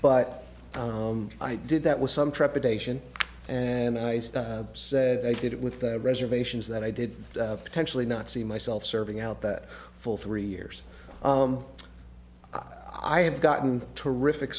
but i did that with some trepidation and i stuff said i did it with the reservations that i did potentially not see myself serving out that full three years i have gotten terrific